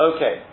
Okay